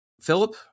Philip